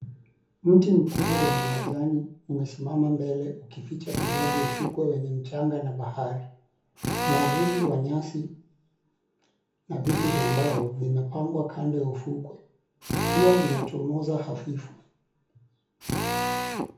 Mti mkubwa wenye majani umesimama mbele ukificha kidogo ufukwe wenye mchanga na bahari. Mwavuli wa nyasi na viti vya mbao vimepangwa kando ya ufukwe. Jua linachomoza hafifu.